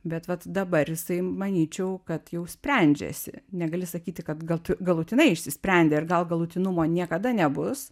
bet vat dabar jisai manyčiau kad jau sprendžiasi negali sakyti kad gal tu galutinai išsisprendė ir gal galutinumo niekada nebus